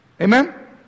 Amen